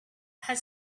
had